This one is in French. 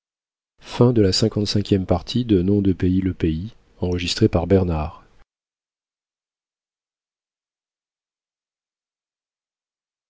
le nom de